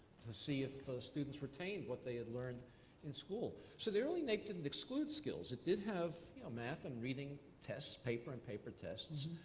to see if those students retained what they had learned in school. so the early naep didn't exclude skills. it did have math and reading tests, paper and paper tests.